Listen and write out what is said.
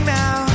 now